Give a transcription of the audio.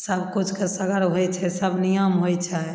सब किछुके सगर होइ छै सब नियम होइ छै